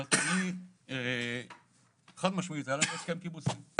זאת אומרת, חד משמעית, היה לנו הסכם קיבוצי.